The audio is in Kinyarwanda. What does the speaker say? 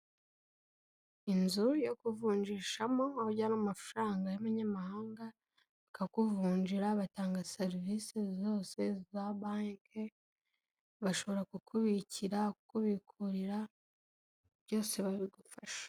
Inzu yo kuvunjishamo, aho ujyana amafaranga y'abanyamahanga bakakuvunjira, batanga serivisi zose za banki, bashobora kukubikira kukubikurira byose babigufasha.